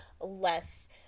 less